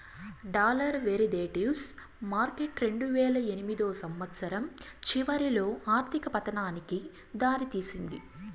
dollar derivatives market రెండువేల ఎనిమిదో సంవచ్చరం చివరిలో ఆర్థిక పతనానికి దారి తీసింది